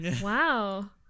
Wow